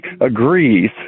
agrees